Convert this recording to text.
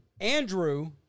Andrew